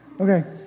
Okay